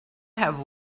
have